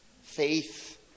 faith